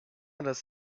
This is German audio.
das